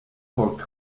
for